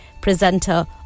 Presenter